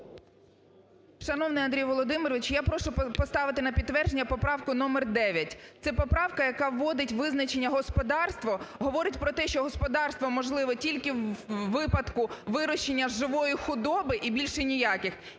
Шановний Андрію Володимировичу! Я прошу поставити на підтвердження поправку номер 9. Це поправка, яка вводить визначення "господарство", говорить про те, що господарство, можливе, тільки у випадку вирощення живої худоби і більше ніяких.